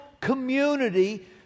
community